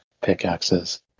pickaxes